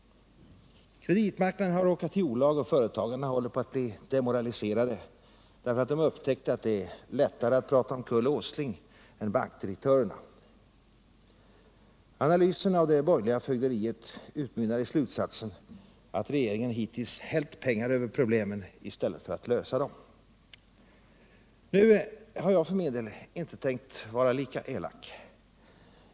Kreditmarknaden har råkat i olag, och företagarna håller på att bli demoraliserade därför att de upptäckt att det är ”lättare att prata omkull Åsling än bankdirektörerna”. Analysen av det borgerliga fögderiet utmynnar i slutsatsen att regeringen hittills ”hällt pengar över problemen i stället för att lösa dem”. Nu har jag för min del inte tänkt vara lika elak.